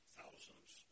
thousands